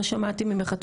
לא שמעתי ממך.